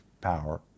power